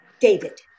David